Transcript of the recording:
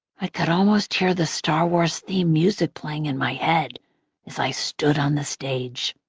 i could almost hear the star wars theme music playing in my head as i stood on the stage.